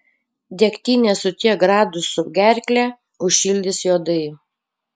degtinė su tiek gradusų gerklę užšildys juodai